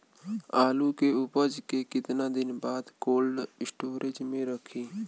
आलू के उपज के कितना दिन बाद कोल्ड स्टोरेज मे रखी?